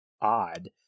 odd